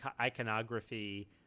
iconography